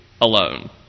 alone